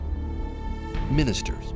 Ministers